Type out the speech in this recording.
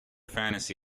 fantasy